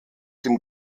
dem